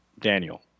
Daniel